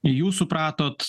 jūs supratot